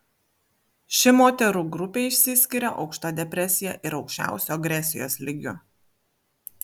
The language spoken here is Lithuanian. ši moterų grupė išsiskiria aukšta depresija ir aukščiausiu agresijos lygiu